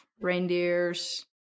reindeers